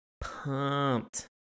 pumped